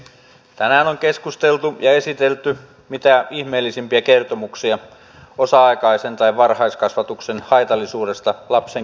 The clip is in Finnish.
tänään on keskusteltu ja esitelty mitä ihmeellisimpiä kertomuksia osa aikaisen tai varhaiskasvatuksen haitallisuudesta lapsen kehitykselle